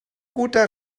guter